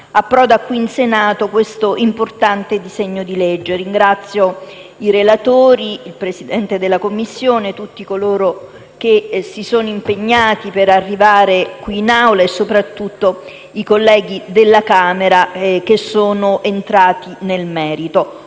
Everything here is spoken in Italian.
approda qui in Senato questo importante disegno di legge. Ringrazio i relatori, il Presidente della Commissione e tutti coloro che si sono impegnati per arrivare qui in Aula e, soprattutto, i colleghi della Camera che sono entrati nel merito.